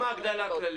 ההגדלה הכללית?